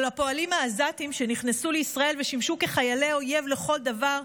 אבל הפועלים העזתים שנכנסו לישראל ושימשו כחיילי אויב לכל דבר,